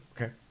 okay